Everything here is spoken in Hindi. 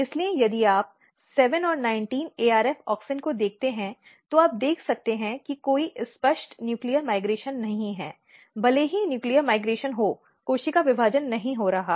इसलिए यदि आप 7 और 19 arf ऑक्सिन को देखते हैं तो आप देख सकते हैं कि कोई स्पष्ट न्यूक्लीय माइग्रेशन नहीं है भले ही न्यूक्लीय माइग्रेशन हो कोशिका विभाजन नहीं हो रहा है